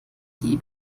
die